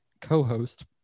co-host